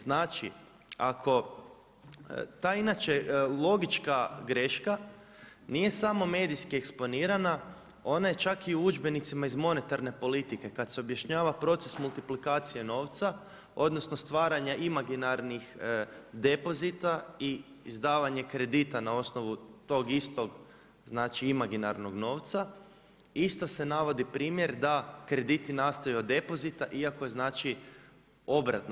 Znači, ta inače logička greška nije samo medijski eksponirana, ona je čak i u udžbenicima iz monetarne politike kad se objašnjava proces multiplikacije novca, odnosno stvaranja imaginarnih depozita i izdavanja kredita na osnovu tog istog imaginarnog novca, isto se navodi primjer da krediti nastaju od depozita iako je znači obratno.